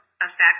affect